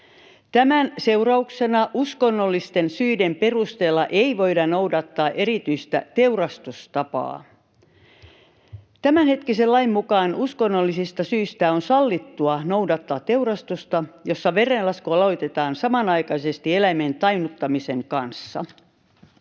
Tämän seurauksena uskonnollisten syiden perusteella ei voida noudattaa erityistä teurastustapaa. Tämänhetkisen lain mukaan uskonnollisista syistä on sallittua noudattaa teurastusta, jossa verenlasku aloitetaan samanaikaisesti eläimen tainnuttamisen kanssa.